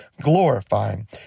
glorifying